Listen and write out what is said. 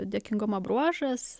dėkingumo bruožas